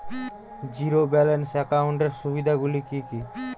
Zero balance একাউন্টের সুবিধা গুলি কি কি?